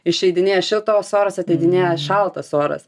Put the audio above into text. išeidinėja šiltas oras ateidinėja šaltas oras